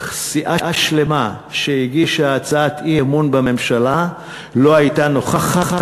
סיעה שלמה שהגישה הצעת אי-אמון בממשלה לא הייתה נוכחת?